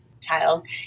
child